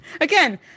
again